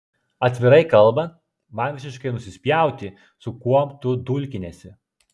atvirai kalbant man visiškai nusispjauti su kuom tu dulkiniesi